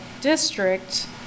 district